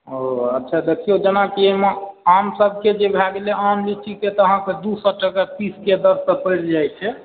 ओ अच्छा देखिऔ जेनाकि एहिमे आम सबके जे भए गेलै आम लीचीके तऽ अहाँकेँ दू सए टके पीसके दरसँ पड़ि जाइत छै